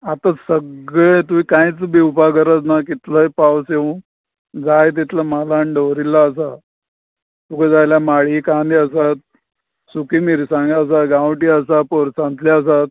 आतां सगळें तुवें कांयच भिवपा गरज ना कितलोय पावस येवूं जाय तितलो म्हाल हाडून दवरिल्लो आसा तुका जाय जाल्या माळी कांदे आसा सुकी मिरसांगो आसा गांवटी आसा पोरसांतले आसात